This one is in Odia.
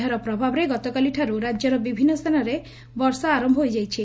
ଏହାର ପ୍ରଭାବରେ ଗତକାଲିଠାରୁ ରାଜ୍ୟର ବିଭିନ୍ନ ସ୍ତାନରେ ବର୍ଷା ଆର ହୋଇଯାଇଛି